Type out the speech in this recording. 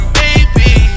baby